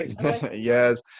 Yes